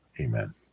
Amen